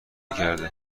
کرده